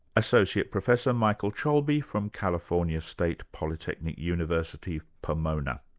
associate professor michael cholbi from california state polytechnic university, pomona.